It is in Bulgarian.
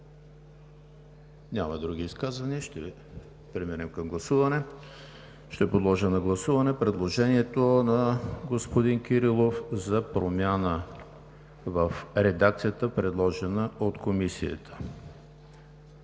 ли други изказвания? Няма. Подлагам на гласуване предложението на господин Кирилов за промяна в редакцията, предложена от Комисията